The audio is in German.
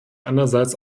andererseits